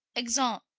exeunt.